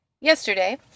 Yesterday